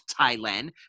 Thailand